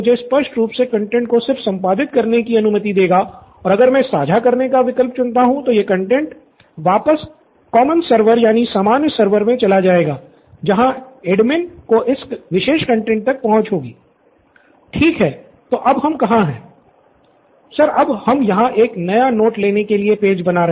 student Siddharth sir अब हम यहाँ एक नया नोट लेने किए पेज बना रहे हैं